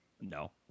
no